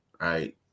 right